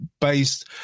based